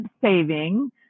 saving